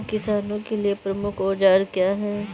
किसानों के लिए प्रमुख औजार क्या हैं?